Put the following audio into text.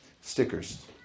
stickers